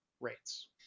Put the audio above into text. rates